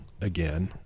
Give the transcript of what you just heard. again